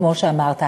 כמו שאמרת.